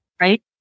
Right